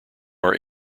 are